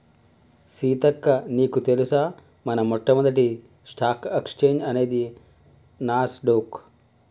సీతక్క నీకు తెలుసా మన మొట్టమొదటి స్టాక్ ఎక్స్చేంజ్ అనేది నాస్ డొక్